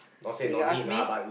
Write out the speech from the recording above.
K you ask me